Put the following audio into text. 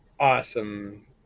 Awesome